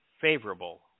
favorable